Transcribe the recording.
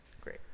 Great